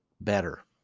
better